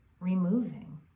removing